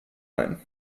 ein